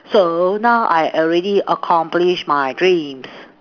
so now I already accomplished my dreams